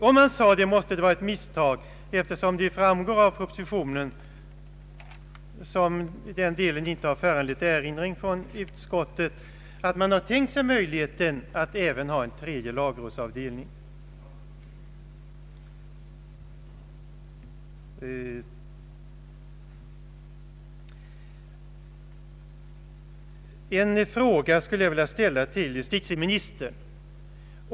Om han sade det måste det vara av misstag, eftersom det framgår av propositionen i den del som inte föranlett erinringar från utskottet, att man tänker sig möjligheten att även ha en tredje lagrådsavdelning. Jag skulle vilja ställa en fråga till justitieministern.